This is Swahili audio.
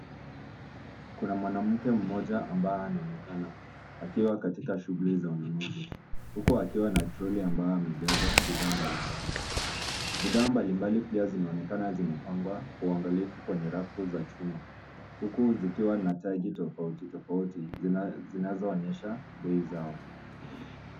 Kuna mwanamke mmoja ambaye anaonekana akiwa katika shughuli za ununuzi, huku akiwa na troli ambayo amejaza bidhaa mbalimbali. Bidhaa mbalimbali pia zinaonekana zimepangwa kwa uangalifu kwenye rafu za chuma huku zikiwa na tagi tofauti tofauti zinazoonyesha bei zao.